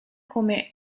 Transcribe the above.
come